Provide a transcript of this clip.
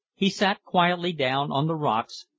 he sat quietly down on the rocks,